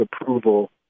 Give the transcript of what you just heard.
approval